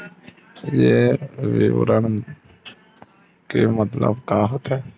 ये विवरण के मतलब का होथे?